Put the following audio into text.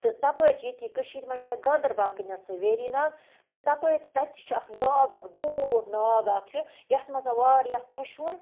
تہٕ تَپٲرۍ چھِ ییٚتھی کٔشیٖرِ منٛز چھےٚ گاندَربل کِنٮ۪تھ سُہ ویری ناگ تہٕ تَپٲرۍ تَتہِ تہِ چھُ اَکھ ناگ اَکھ بوڑ ناگ اَکھ چھُ یَتھ منٛز واریاہ خۄشوُن